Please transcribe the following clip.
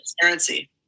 transparency